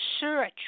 search